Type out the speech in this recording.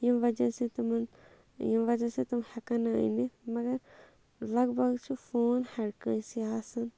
ییٚمہِ وجہ سۭتۍ تِمَن ییٚمہِ وجہ سۭتۍ تم ہٮ۪کَن نہٕ أنِتھ مگر لگ بگ چھُ فون ہَر کٲنٛسہِ آسَان